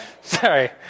Sorry